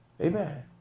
Amen